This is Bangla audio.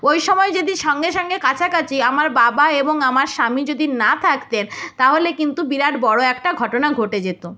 ওই সময় যদি সঙ্গে সঙ্গে কাছাকাছি আমার বাবা এবং আমার স্বামী যদি না থাকতেন তাহলে কিন্তু বিরাট বড়ো একটা ঘটনা ঘটে যেতো